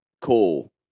Cool